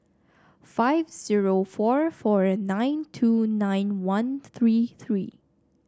five zero four four nine two nine one three three